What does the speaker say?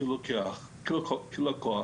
של לקוח